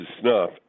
snuff